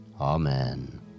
Amen